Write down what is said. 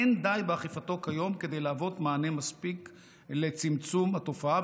אין די באכיפתו כיום כדי להוות מענה מספק לצמצום התופעה,